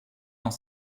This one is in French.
dans